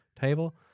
table